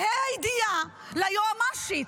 בה"א הידיעה, ליועמ"שית.